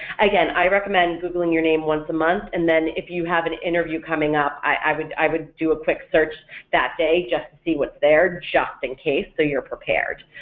again, i recommend googling your name once a month and then if you have an interview coming up i would i would do a quick search that day just to see what's there just in case so you're prepared.